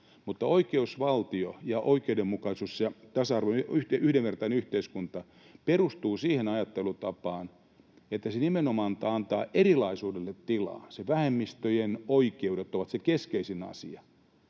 Mutta oikeusvaltio ja oikeudenmukaisuus, tasa-arvoinen, yhdenvertainen yhteiskunta perustuu siihen ajattelutapaan, että se nimenomaan antaa erilaisuudelle tilaa. Vähemmistöjen oikeudet ovat se keskeisin asia,